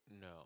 No